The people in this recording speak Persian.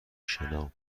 شنا